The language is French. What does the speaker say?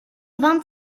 vingt